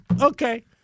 Okay